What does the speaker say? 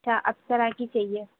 اچھا اپسرا کی چاہیے